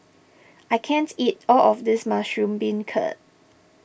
I can't eat all of this Mushroom Beancurd